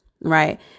right